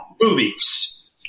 movies